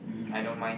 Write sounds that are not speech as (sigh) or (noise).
mmhmm (breath)